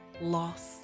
loss